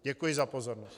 Děkuji za pozornost.